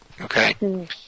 Okay